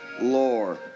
lore